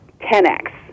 10X